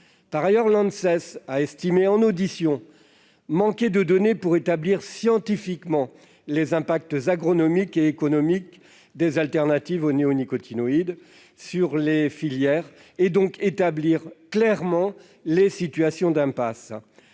estimé lors de son audition qu'il manquait de données pour établir scientifiquement les impacts agronomiques et économiques des alternatives aux néonicotinoïdes sur les filières et, donc, pour établir clairement la situation d'impasse